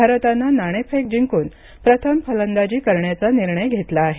भारताने नाणेफेक जिंकून प्रथम फलंदाजी करण्याचा निर्णय घेतला आहे